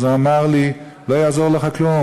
אז הוא אמר לי: לא יעזור לך כלום,